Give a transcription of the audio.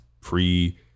pre